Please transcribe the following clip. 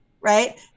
right